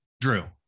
Drew